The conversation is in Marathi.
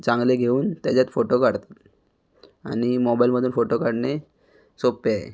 चांगले घेऊन त्याच्यात फोटो काढतात आणि मोबाईलमधून फोटो काढणे सोपे आहे